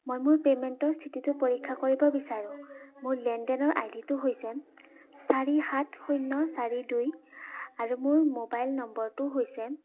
মই মোৰ পে'মেণ্টৰ স্থিতিটো পৰীক্ষা কৰিব বিচাৰোঁ মোৰ লেনদেনৰ আই ডিটো হৈছে চাৰি সাত শূন্য চাৰি দুই আৰু মোৰ মোবাইল নম্বৰটো হৈছে